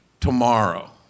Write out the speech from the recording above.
tomorrow